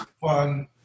fun